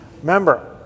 Remember